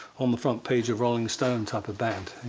on the front page of rolling stones type of band.